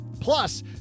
Plus